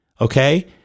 Okay